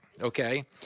Okay